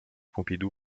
pompidou